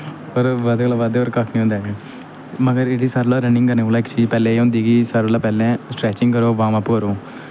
पर बद्ध कोला बद्ध कक्ख होर निं होंदा उ'नेंगी मगर जेह्ड़ी सारे कोला रनिंग करने कोला इक चीज़ पैह्लें एह् होंदी कि सारें कोला पैह्लें स्ट्रैचिंग करो वार्मअप करो